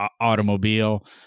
automobile